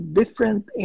different